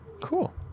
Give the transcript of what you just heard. cool